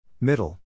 Middle